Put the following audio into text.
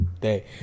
day